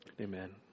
amen